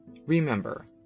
Remember